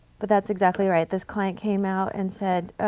but that's exactly right, this client came out and said,